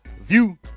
view